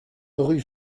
rue